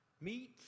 meet